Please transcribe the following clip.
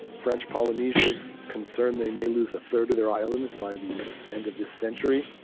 french polynesia is concerned they may lose a third of their islands by the end of this century.